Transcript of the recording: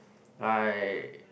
I